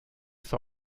zur